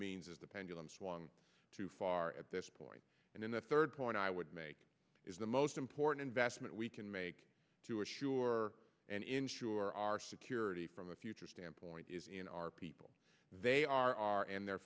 means is the pendulum swung too far at this point and then the third point i would make is the most important investment we can make to assure and ensure our security from a future standpoint is in our people they are our and their